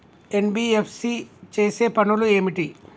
NBFC చేసే పనులు ఏమిటి?